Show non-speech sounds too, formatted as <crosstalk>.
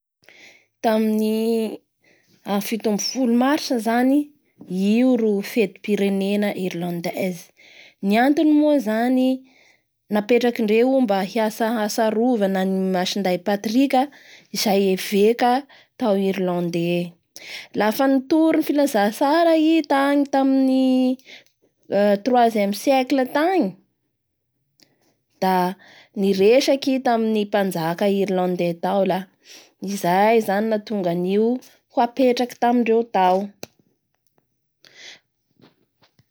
Ny fito ambin'ny folo Marsa izay zao ro fetim-pirenen'ny Irlandais mba ho fahatsiarovandreo ny fahafatesan'ny masinday Patrick. Io moa zay Eveka ny Irlande io da io zay- io zay ro nahatonga ny katolika nisy tao Irlande <noise> nanomboky izy nitory-nitory ny- filazantsara tamin'ny tangalamena Irlandais. Nanomboky tamin'ny tany amin'ny troisieme siecle tany.